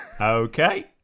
Okay